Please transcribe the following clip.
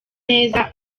neza